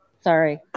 Sorry